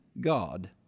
God